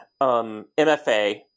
MFA